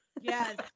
Yes